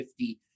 50